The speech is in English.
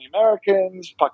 Americans